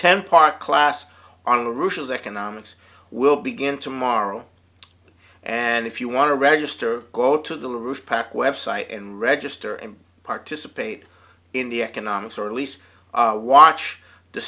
ten part class on the russians economics will begin tomorrow and if you want to register go to the roof pack website and register and participate in the economics or lease watch the